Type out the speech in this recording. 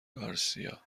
گارسیا